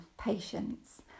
patience